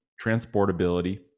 transportability